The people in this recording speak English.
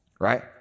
right